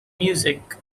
music